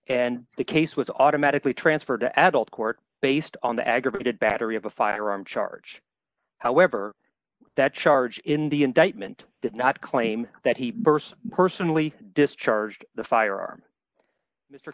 case was automatically transferred to adult court based on the aggravated battery of a firearm charge however that charge in the indictment did not claim that he burst personally discharged the firearm mr